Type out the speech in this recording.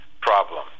problem